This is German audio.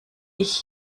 ich